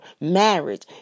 marriage